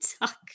talk